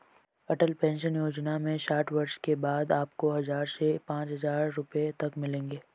अटल pension योजना में साठ वर्ष के बाद आपको हज़ार से पांच हज़ार रुपए तक मिलेंगे